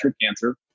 cancer